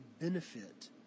benefit